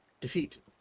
defeat